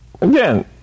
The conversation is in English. again